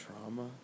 trauma